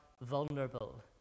vulnerable